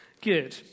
Good